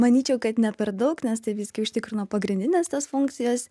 manyčiau kad ne per daug nes tai visgi užtikrino pagrindines tas funkcijas